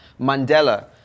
Mandela